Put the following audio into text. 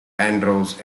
andros